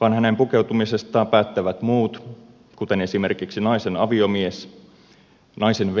vaan hänen pukeutumisestaan päättävät muut kuten esimerkiksi naisen aviomies naisen veli tai muu suku